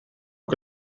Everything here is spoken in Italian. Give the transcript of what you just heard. che